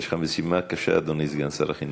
יש לך משימה קשה, אדוני סגן שר החינוך.